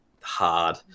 hard